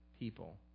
people